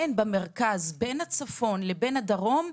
אין במרכז בין הצפון לבין הדרום,